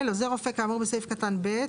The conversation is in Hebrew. כאמור בסעיף קטן (ב)